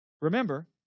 remember